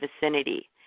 vicinity